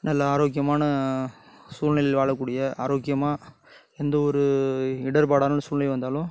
நல்லா ஆரோக்கியமான சூழ்நிலையில் வாழக்கூடிய ஆரோக்கியமாக எந்த ஒரு இடர்பாடான சூழ்நிலை வந்தாலும்